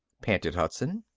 panted hudson.